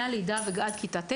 מהלידה ועד כיתה ט'.